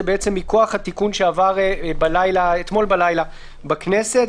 וזה מכוח התיקון שעבר אתמול בלילה בכנסת.